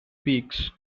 peaks